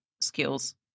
skills